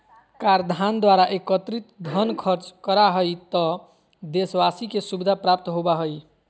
कराधान द्वारा एकत्रित धन खर्च करा हइ त देशवाशी के सुविधा प्राप्त होबा हइ